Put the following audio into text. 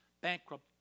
bankrupt